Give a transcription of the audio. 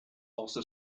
also